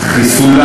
חיסול?